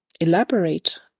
Elaborate